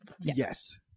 Yes